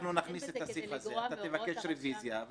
נכניס את הסעיף הזה, אתה תבקש רוויזיה.